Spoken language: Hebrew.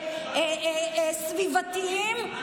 סביבתיים,